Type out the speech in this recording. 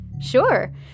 Sure